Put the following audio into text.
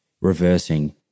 reversing